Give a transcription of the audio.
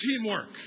Teamwork